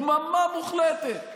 דממה מוחלטת.